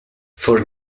for